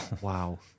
Wow